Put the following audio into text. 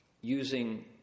using